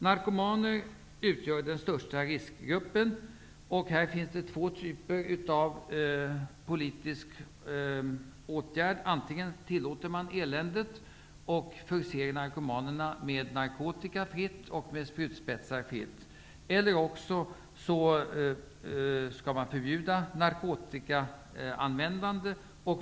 Narkomaner utgör den största riskgruppen. Här finns det två typer av politiska åtgärder. An tingen tillåter man eländet och förser narkoma nerna med fri narkotika och fria sprutspetsar, el ler också skall man förbjuda narkotikaanvändan det.